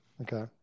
Okay